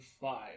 five